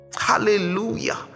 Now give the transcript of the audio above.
hallelujah